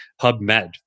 PubMed